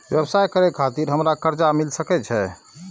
व्यवसाय करे खातिर हमरा कर्जा मिल सके छे?